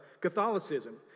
Catholicism